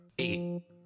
eight